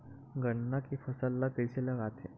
गन्ना के फसल ल कइसे लगाथे?